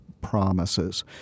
promises